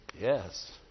Yes